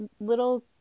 little